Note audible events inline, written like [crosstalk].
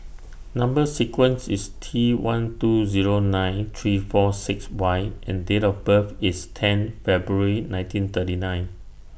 [noise] Number sequence IS T one two Zero nine three four six Y and Date of birth IS ten February nineteen thirty nine